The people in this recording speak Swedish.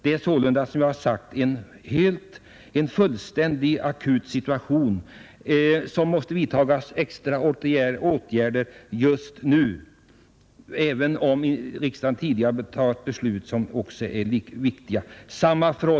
Vi befinner oss, som jag sagt, i en akut situation, och åtgärderna måste vidtagas nu, även om riksdagen tidigare har fattat beslut på området som också är viktiga på lång sikt.